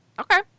Okay